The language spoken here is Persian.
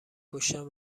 پشتم